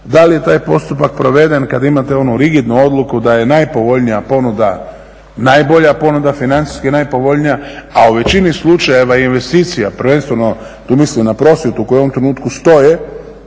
Da li je taj postupak proveden kad imate onu rigidnu odluku da je najpovoljnija ponuda najbolja ponuda, financijski najpovoljnija, a u većini slučajeva investicija prvenstveno tu mislim na prosvjetu koji u ovom trenutku stoje,